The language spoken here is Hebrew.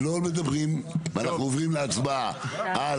עד כאן לא מדברים ואנחנו עוברים להצבעה על